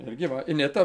irgi va ineta